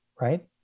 right